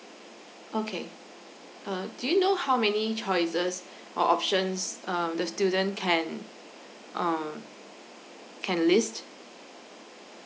okay uh do you know how many choices or options um the student can um can list